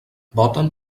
voten